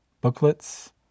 booklets